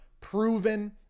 proven